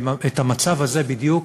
את המצב הזה בדיוק